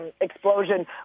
explosion